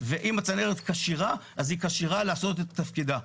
ואם הצנרת כשירה, אז היא כשירה לעשות את תפקידה,